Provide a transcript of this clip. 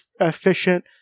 efficient